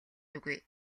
үгүй